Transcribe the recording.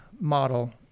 model